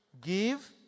give